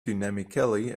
dynamically